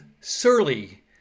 surly